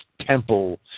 temple